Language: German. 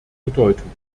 bedeutung